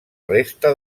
resta